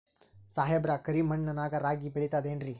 ಸಾಹೇಬ್ರ, ಕರಿ ಮಣ್ ನಾಗ ರಾಗಿ ಬೆಳಿತದೇನ್ರಿ?